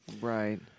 Right